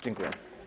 Dziękuję.